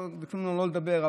ביקשו מאיתנו לא לדבר,